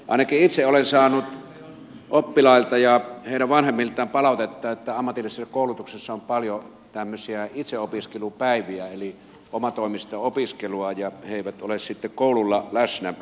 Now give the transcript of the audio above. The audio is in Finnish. ainakin itse olen saanut oppilailta ja heidän vanhemmiltaan palautetta että ammatillisessa koulutuksessa on paljon tämmöisiä itseopiskelupäiviä eli omatoimista opiskelua ja he eivät ole sitten koululla läsnä